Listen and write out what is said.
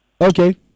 Okay